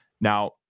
Now